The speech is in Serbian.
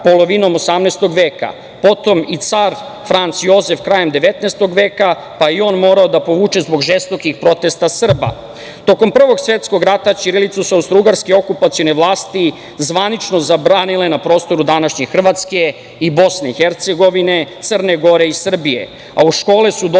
polovinom 18. veka, potom i car Franc Jozef krajem 19. veka, pa je i on morao da povuče zbog žestokih protesta Srba. Tokom Prvog svetskog rata ćirilicu su austrougarske okupacione vlasti zvanično zabranile na prostoru današnje Hrvatske, Bosne i Hercegovine, Crne Gore i Srbije,